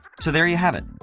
so there you have it.